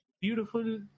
beautiful